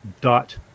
dot